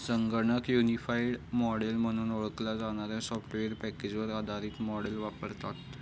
संगणक unified model म्हणून ओळखला जाणाऱ्या सॉफ्टवेअर पॅकेजवर आधारित मॉडेल वापरतात